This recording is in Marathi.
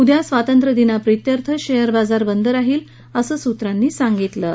उद्या स्वातंत्र्यदिनाप्रीत्यर्थ शेअर बाजार बंद राहील असं सूत्रांनी सांगितलं आहे